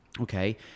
okay